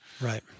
Right